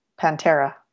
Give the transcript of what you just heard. Pantera